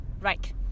Right